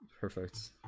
perfect